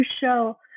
show